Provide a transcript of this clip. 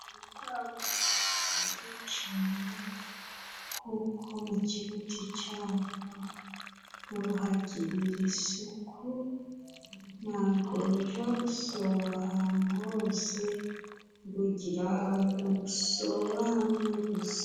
Urukwavu ruba rwiza cane, kuko mu kibuti cyarwo, ruhagira isuku, ntabwo ruja rusoba ahantu hose, rugira ahantu rusoba hamwe gusa.